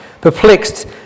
perplexed